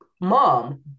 mom